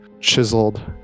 chiseled